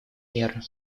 меры